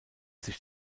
sich